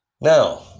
Now